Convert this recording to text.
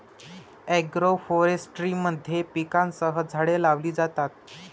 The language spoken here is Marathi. एग्रोफोरेस्ट्री मध्ये पिकांसह झाडे लावली जातात